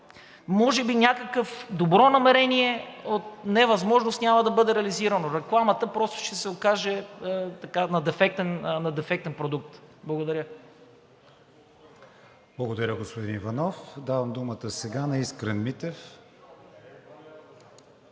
може би някакво добро намерение от невъзможност няма да бъде реализирано, рекламата просто ще се окаже на дефектен продукт. Благодаря. ПРЕДСЕДАТЕЛ КРИСТИАН ВИГЕНИН: Благодаря, господин Иванов. Давам думата сега на Искрен Митев.